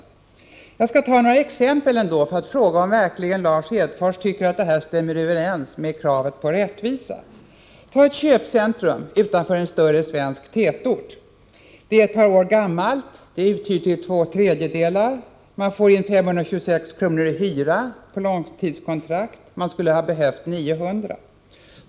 Jag skall anföra några exempel och samtidigt fråga om Lars Hedfors tycker att de stämmer överens med kravet på rättvisa. Låt oss ta ett köpcentrum utanför en större svensk tätort! Det är ett par år gammalt. Det är uthyrt till två tredjedelar. Man får in 526 kr. per m? i hyra på långtidskontrakt, och man skulle behöva få in 900 kr.